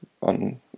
on